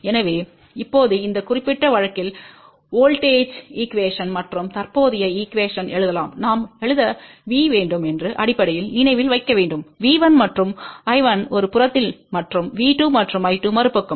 எனவே இப்போது இந்த குறிப்பிட்ட வழக்கில் வோல்ட்டேஜ் ஈகுவேஷன்ட மற்றும் தற்போதைய ஈகுவேஷன் எழுதலாம் நாம் எழுத V வேண்டும் என்று அடிப்படையில் நினைவில் வைக்க வேண்டும் V1மற்றும் I1ஒரு புறத்தில் மற்றும் V2மற்றும் I2மறுபக்கம்